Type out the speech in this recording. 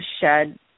shed